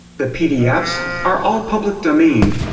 the pdfs are all public domain.